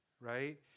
right